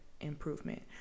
improvement